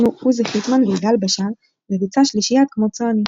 עוזי חיטמן ויגאל בשן וביצעה שלישיית כמו צועני.